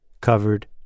covered